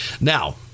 Now